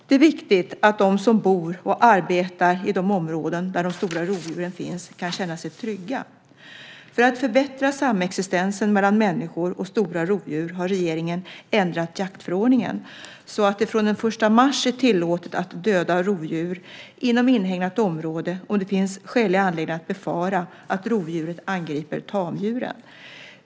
Det är viktigt att de som bor och arbetar i de områden där de stora rovdjuren finns kan känna sig trygga. För att förbättra samexistensen mellan människor och stora rovdjur har regeringen ändrat jaktförordningen så att det från den 1 mars är tillåtet att döda rovdjur inom inhägnat område om det finns skälig anledning att befara att rovdjuret angriper tamdjuren.